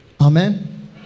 Amen